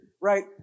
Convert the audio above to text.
right